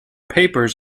papers